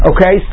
Okay